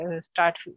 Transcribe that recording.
start